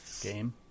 Game